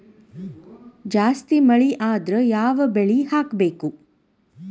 ಜಾಸ್ತಿ ಮಳಿ ಆದ್ರ ಯಾವ ಬೆಳಿ ಹಾಕಬೇಕು?